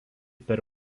per